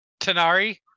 Tanari